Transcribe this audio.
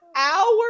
hours